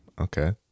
okay